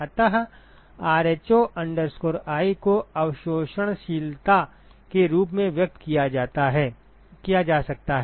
अतः rho i को अवशोषणशीलता के रूप में व्यक्त किया जा सकता है